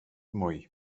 mwy